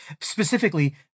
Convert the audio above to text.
Specifically